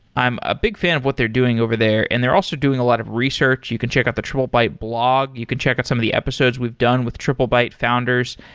i'm a big fan of what they're doing over there and they're also doing a lot of research. you can check out the triplebyte blog. you can check out some of the episodes we've done with triplebyte founders.